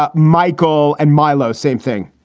ah michael and milo, same thing.